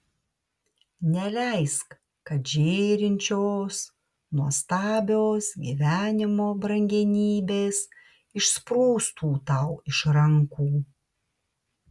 neleisk kad žėrinčios nuostabios gyvenimo brangenybės išsprūstų tau iš rankų